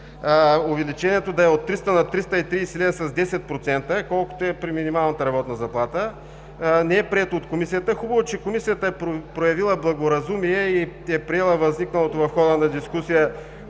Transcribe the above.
увеличението да е от 300 на 330 лв. – с 10%, колкото е при минималната работна заплата. Не е прието от Комисията. Хубаво е, че Комисията е проявила благоразумие и е приела възникналото в хода на дискусията